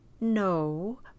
No